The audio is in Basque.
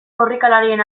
korrikalarien